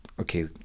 okay